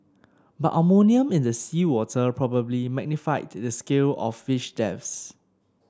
but ammonia in the seawater probably magnified the scale of fish deaths